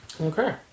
Okay